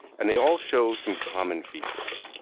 and they all show some common features.